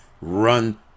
run